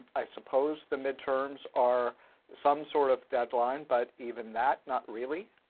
i suppose the midterms are some sort of deadline. but even that, not really.